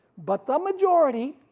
but the majority,